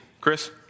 Chris